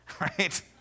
right